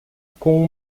com